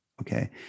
okay